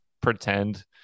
pretend